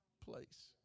place